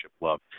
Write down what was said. love